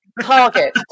target